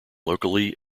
locally